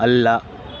ಅಲ್ಲ